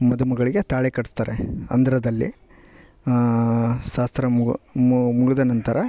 ಮದುಮಗಳಿಗೆ ತಾಳಿ ಕಟ್ಟಿಸ್ತಾರೆ ಹಂದರದಲ್ಲಿ ಶಾಸ್ತ್ರ ಮುಗಿ ಮುಗಿದ ನಂತರ